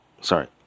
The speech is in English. Sorry